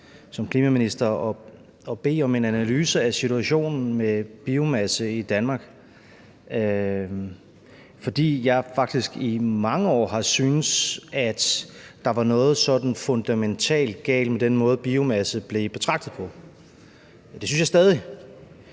som klimaminister, at bede om en analyse af situationen med biomasse i Danmark, fordi jeg faktisk i mange år har syntes, at der var noget fundamentalt galt med den måde, biomasse blev betragtet på. Det synes jeg stadig